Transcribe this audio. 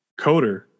Coder